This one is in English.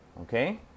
okay